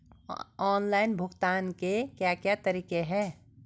Online भुगतान के क्या क्या तरीके हैं?